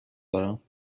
دارم